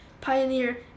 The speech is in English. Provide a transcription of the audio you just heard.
pioneer